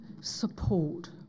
support